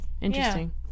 interesting